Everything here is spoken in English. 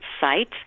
site